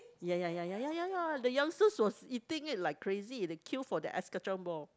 ya ya ya ya ya ya ya the youngsters was eating it like crazy the queue for that ice-kacang ball